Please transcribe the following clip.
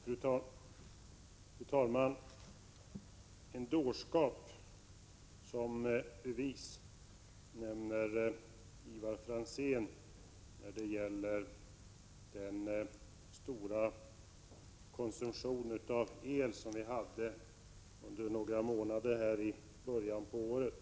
Fru talman! En dårskap som bevis, säger Ivar Franzén när det gäller den stora konsumtionen av el som vi hade under några månader i början av året.